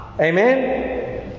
amen